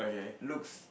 looks